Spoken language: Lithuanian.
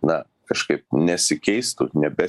na kažkaip nesikeistų nebe